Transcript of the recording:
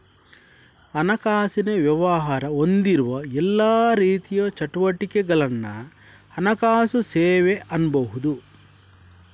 ಹಣಕಾಸಿನ ವ್ಯವಹಾರ ಹೊಂದಿರುವ ಎಲ್ಲಾ ರೀತಿಯ ಚಟುವಟಿಕೆಗಳನ್ನ ಹಣಕಾಸು ಸೇವೆ ಅನ್ಬಹುದು